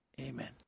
amen